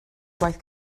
gwaith